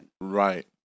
Right